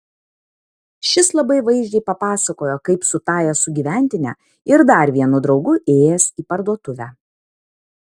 šis labai vaizdžiai papasakojo kaip su tąja sugyventine ir dar vienu draugu ėjęs į parduotuvę